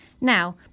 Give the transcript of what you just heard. Now